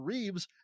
Reeves